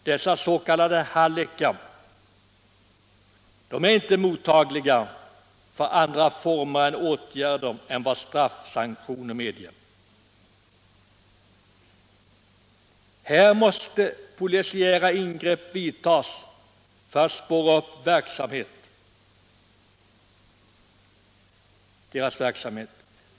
Dessa hallickar är inte mottagliga för andra former av åtgärder än straffsanktioner, Polisiära ingrepp måste göras för att spåra upp deras verksamhet.